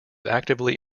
actively